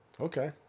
Okay